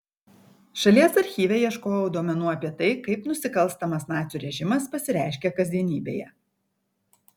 šalies archyve ieškojau duomenų apie tai kaip nusikalstamas nacių režimas pasireiškė kasdienybėje